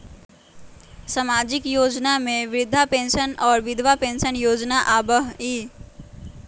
सामाजिक योजना में वृद्धा पेंसन और विधवा पेंसन योजना आबह ई?